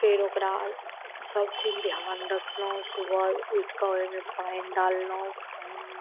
फेर ओकरा सब दिन ध्यान राखलहुँ सुबह उठिकऽ ओइमे पानि डाललहुँ पानि